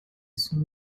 son